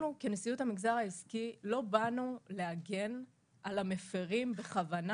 אנחנו כנשיאות המגזר העסקי לא באנו להגן על המפרים בכוונה,